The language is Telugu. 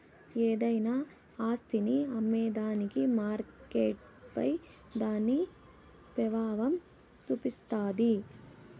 ఏదైనా ఆస్తిని అమ్మేదానికి మార్కెట్పై దాని పెబావం సూపిస్తాది